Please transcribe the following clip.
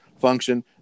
function